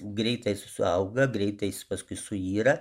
greitai suauga greitais paskui suyra